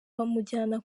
bamujyana